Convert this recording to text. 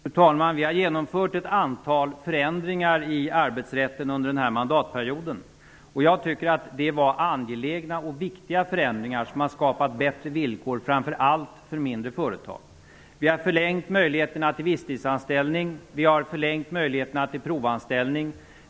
Fru talman! Vi har genomfört ett antal förändringar i arbetsrätten under denna mandatperiod. Jag tycker att det var angelägna och viktiga förändringar, som har skapat bättre villkor framför allt för mindre företag. Vi har förlängt möjligheten till visstidsanställning och provanställning.